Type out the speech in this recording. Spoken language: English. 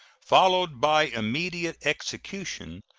followed by immediate execution,